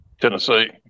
Tennessee